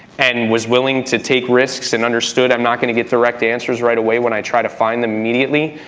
and was willing to take risks, and understood i'm not gonna get direct answers right away when i try to find them immediately,